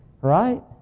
right